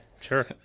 Sure